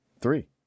Three